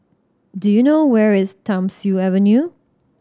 do you know where is Thiam Siew Avenue